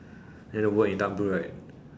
and the word in dark blue right